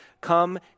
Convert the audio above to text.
Come